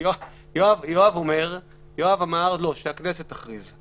יואב אמר שהכנסת תכריז.